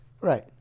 Right